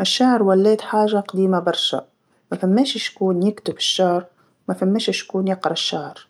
الشعر ولات حاجه قديمه برشا، ما ثماش شكون يكتب الشعر ماثماش شكون يقرا الشعر،